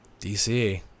DC